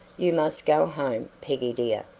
you must go home, peggy, dear,